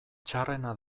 txarrena